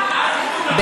לוועדה